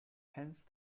hence